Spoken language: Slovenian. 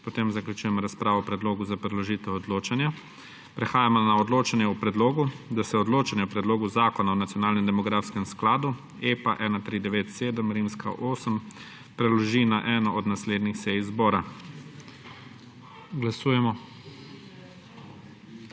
Potem zaključujem razpravo o predlogu za preložitev odločanja. Prehajamo na odločanje o predlogu, da se odločanje o Predlogu zakona o nacionalnem demografskem skladu, EPA 1397-VIII, preloži na eno od naslednjih sej zbora. Glasujemo.